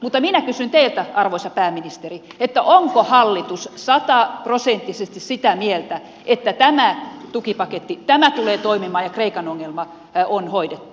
mutta minä kysyn teiltä arvoisa pääministeri onko hallitus sataprosenttisesti sitä mieltä että tämä tukipaketti tulee toimimaan ja kreikan ongelma on hoidettu